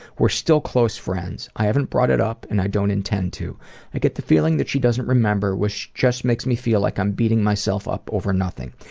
we're still close friends. i haven't brought it up and i don't intend to. i get the feeling that she doesn't remember which just makes me feel like i'm beating myself up over nothing.